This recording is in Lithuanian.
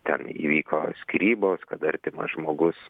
ten įvyko skyrybos kad artimas žmogus